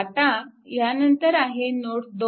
आता ह्यानंतर आहे नोड 2